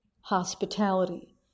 hospitality